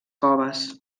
coves